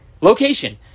Location